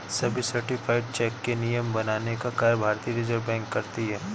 सभी certified cheque के नियम बनाने का कार्य भारतीय रिज़र्व बैंक करती है